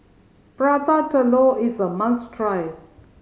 Prata Telur is a must try